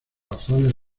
razones